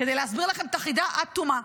כדי להסביר לכם את החידה עד תומה.